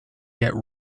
get